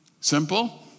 Simple